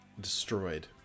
destroyed